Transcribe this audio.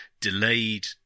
delayed